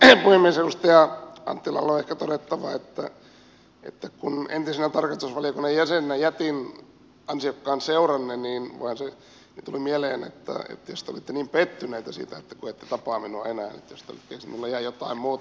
edustaja anttilalle on ehkä todettava että kun entisenä tarkastusvaliokunnan jäsenenä jätin ansiokkaan seuranne niin tuli mieleen että jos te olitte niin pettyneitä siitä kun ette tapaa minua enää niin jos jäi jotain muuta